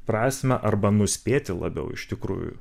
prasmę arba nuspėti labiau iš tikrųjų